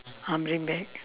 um bring back